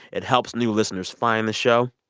it helps new listeners find the show,